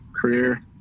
career